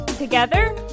Together